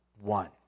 one